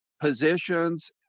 positions